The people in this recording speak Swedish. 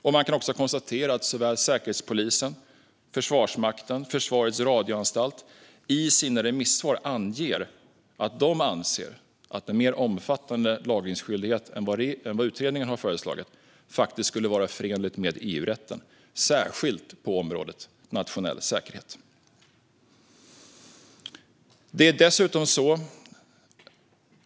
Jag kan också konstatera att såväl Säkerhetspolisen, Försvarsmakten som Försvarets radioanstalt i sina remissvar anger att de anser att en mer omfattande lagringsskyldighet än vad utredningen har föreslagit faktiskt skulle vara förenligt med EU-rätten, särskilt på området nationell säkerhet.